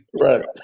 Right